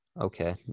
Okay